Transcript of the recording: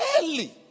early